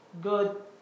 good